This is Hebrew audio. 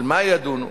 על מה ידונו?